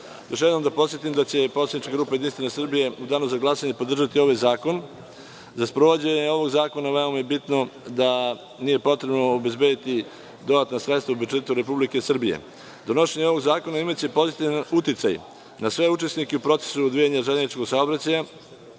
jednom da podsetim da će poslanička grupa JS u danu za glasanje podržati ovaj zakon. Za sprovođenjem ovog zakona veoma je bitno da je potrebno obezbediti dodatna sredstva iz budžeta Republike Srbije. Donošenjem ovog zakona imaće pozitivan uticaj na sve učesnike u procesu odvijanja železničkog saobraćaja,